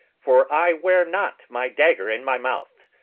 for i wear not my dagger in my mouth.